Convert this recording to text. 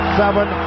seven